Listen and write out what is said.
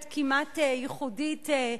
בהליכים משפטיים או מינהליים האוצלים על זכויות אדם.